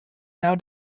now